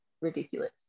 ridiculous